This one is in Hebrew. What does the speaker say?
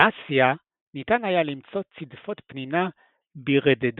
באסיה ניתן היה למצוא צדפות פנינה ברדדות